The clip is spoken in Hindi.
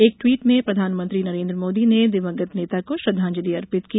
एक ट्वीट में प्रधानमंत्री नरेन्द्र मोदी ने दिवंगत नेता को श्रद्वांजलि अर्पित की